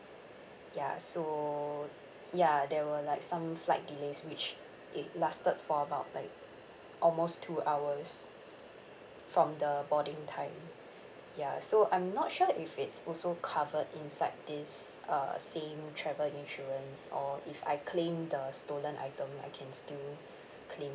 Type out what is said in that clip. ya so ya there were like some flight delays which it lasted for about like almost two hours from the boarding time ya so I'm not sure if it's also covered inside this uh same travel insurance or if I claim the stolen item I can still claim